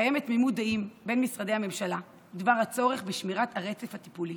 קיימת תמימות דעים בין משרדי הממשלה בדבר הצורך בשמירת הרצף הטיפולי